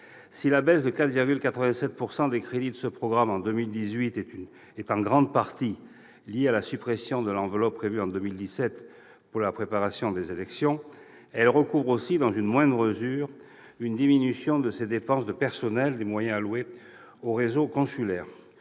Si la baisse de 4,87 % des crédits de ce programme en 2018 est en grande partie liée à la suppression de l'enveloppe prévue en 2017 pour la préparation des élections, elle recouvre aussi, dans une moindre mesure, une diminution de ses dépenses de personnel des moyens alloués au réseau consulaire.